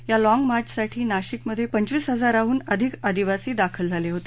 या लॉग मार्चसाठी नाशिकमध्ये पंचवीस हजारहून आधिक आदिवासी दाखल झाले होते